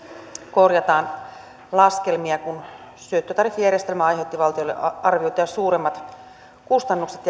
korjataan laskelmia kun syöttötariffijärjestelmä aiheutti valtiolle arvioitua suuremmat kustannukset